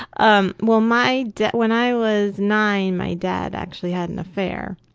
um well, my dad, when i was nine, my dad actually had an affair.